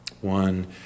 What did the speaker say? One